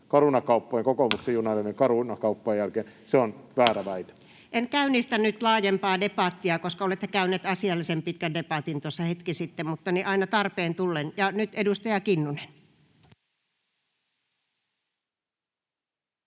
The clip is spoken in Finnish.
lain 14 §:n muuttamisesta Time: 18:07 Content: En käynnistä nyt laajempaa debattia, koska olette käyneet asiallisen pitkän debatin tuossa hetki sitten, mutta aina tarpeen tullen. — Ja nyt edustaja Kinnunen.